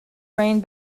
brain